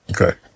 Okay